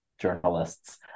journalists